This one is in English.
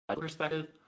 perspective